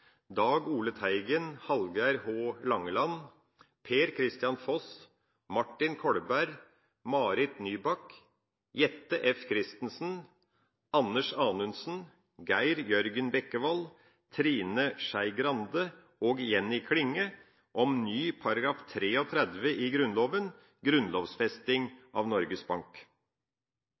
Dag Ole Teigen, Hallgeir H. Langeland, Per-Kristian Foss, Martin Kolberg, Marit Nybakk, Jette F. Christensen, Anders Anundsen, Geir Jørgen Bekkevold, Trine Skei Grande, Jenny Klinge og undertegnede om ny § 33 i Grunnloven: Grunnlovfesting av Norges Bank.